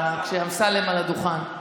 מוותר.